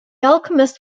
alchemist